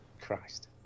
christ